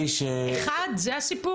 הוועדה מאשרת את סעיפים 2, 3 ו-6.